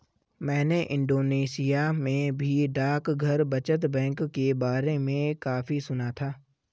मैंने इंडोनेशिया में भी डाकघर बचत बैंक के बारे में काफी सुना था